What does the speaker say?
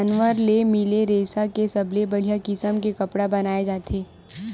जानवर ले मिले रेसा के सबले बड़िया किसम के कपड़ा बनाए जाथे